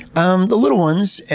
um the little ones,